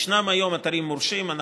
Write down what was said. ישנם היום אתרים מורשים.